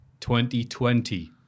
2020